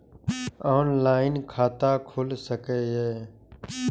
Online खाता खुल सके ये?